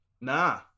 Nah